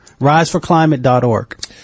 RiseForClimate.org